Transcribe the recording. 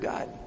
God